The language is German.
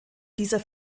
dieser